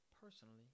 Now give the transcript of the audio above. personally